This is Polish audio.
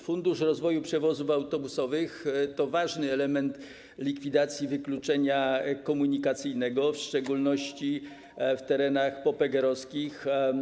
Fundusz rozwoju przewozów autobusowych to ważny element likwidacji wykluczenia komunikacyjnego w szczególności na terenach popegeerowskich.